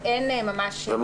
מה